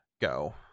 go